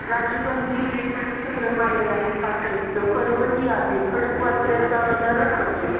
राजीव गांधी प्राणी संग्रहालय आहे कात्रजचं पर्वती आहे खडकवासल्याचा धरण आहे